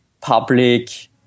public